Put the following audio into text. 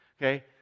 Okay